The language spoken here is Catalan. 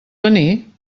venir